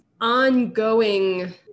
ongoing